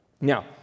Now